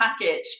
package